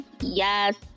Yes